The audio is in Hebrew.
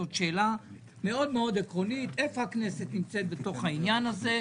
זו שאלה מאוד מאוד עקרונית איפה הכנסת נמצאת בעניין הזה.